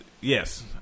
Yes